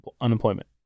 unemployment